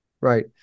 right